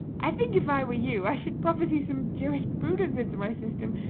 i think if i were you i should prophesy some jurisprudence into my system.